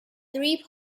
three